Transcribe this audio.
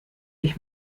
dich